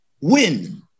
win